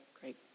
great